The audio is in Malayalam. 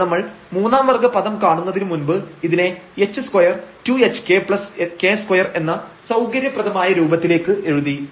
അപ്പോൾ നമ്മൾ മൂന്നാം വർഗ പദം കാണുന്നതിനു മുൻപ് ഇതിനെ h2 2hkk2 എന്ന സൌകര്യപ്രദമായ രൂപത്തിലേക്ക് എഴുതി